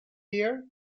here